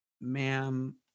ma'am